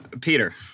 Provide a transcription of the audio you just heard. Peter